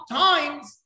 times